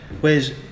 Whereas